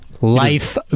Life